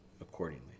accordingly